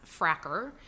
fracker